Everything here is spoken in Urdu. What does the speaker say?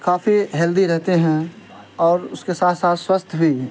کافی ہیلدی رہتے ہیں اور اس کے ساتھ ساتھ سوستھ بھی